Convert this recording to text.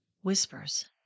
whispers